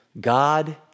God